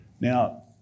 Now